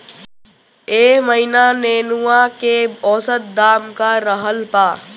एह महीना नेनुआ के औसत दाम का रहल बा?